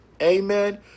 amen